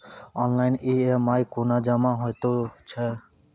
Online EMI कूना जमा हेतु छै?